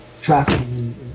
trafficking